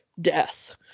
death